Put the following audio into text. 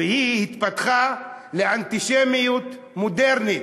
והיא התפתחה לאנטישמיות מודרנית.